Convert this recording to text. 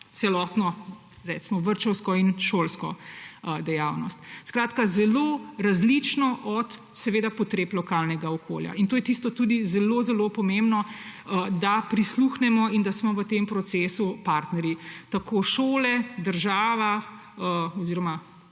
celotno vrtčevsko in šolsko dejavnost. Skratka, zelo različno, odvisno seveda od potreb lokalnega okolja. To je tisto, kar je zelo zelo pomembno – da prisluhnemo in da smo v tem procesu partnerji tako šole, država oziroma